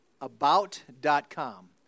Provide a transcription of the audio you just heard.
about.com